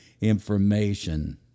information